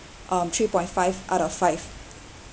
um three point five out of five